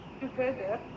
together